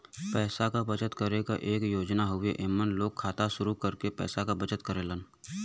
पैसा क बचत करे क एक योजना हउवे एमन लोग खाता शुरू करके पैसा क बचत करेलन